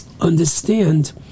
Understand